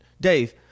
Dave